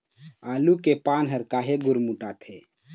आलू के पान हर काहे गुरमुटाथे?